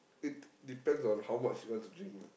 it depends on how much you want to drink lah